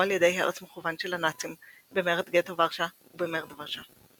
או על ידי הרס מכוון של הנאצים במרד גטו ורשה ובמרד ורשה.